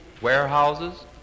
warehouses